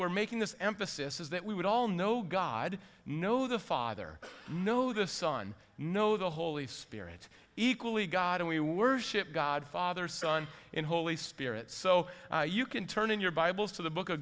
we're making this emphasis is that we would all know god no the father no the son no the holy spirit equally god and we worship god father son and holy spirit so you can turn in your bibles to the book